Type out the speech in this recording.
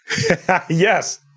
Yes